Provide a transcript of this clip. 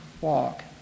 walk